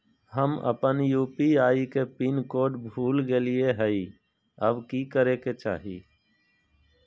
हम अपन यू.पी.आई के पिन कोड भूल गेलिये हई, अब की करे के चाही?